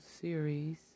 series